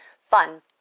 fun